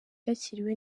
cyakiriwe